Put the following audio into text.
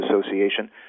Association